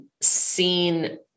seen